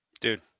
Dude